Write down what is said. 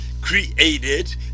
created